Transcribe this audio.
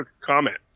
comment